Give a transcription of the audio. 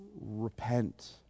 repent